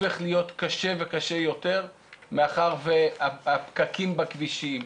הופך להיות קשה וקשה יותר, הפקקים בכבישים,